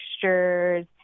textures